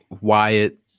Wyatt